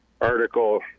article